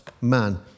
man